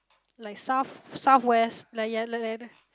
like south southwest like ya the like the